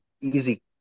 easy